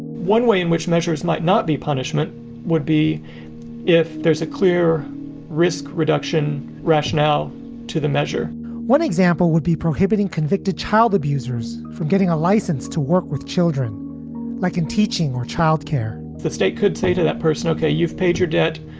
one way in which measures might not be punishment would be if there's a clear risk reduction rationale to the measure one example would be prohibiting convicted child abusers from getting a license to work with children like and teaching or childcare the state could say to that person, okay, you've paid your debt.